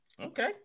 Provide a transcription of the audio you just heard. Okay